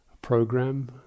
program